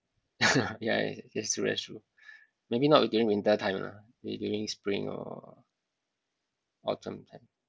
yeah it's true that's true maybe not during winter time lah maybe during spring or autumn time